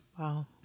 Wow